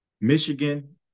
Michigan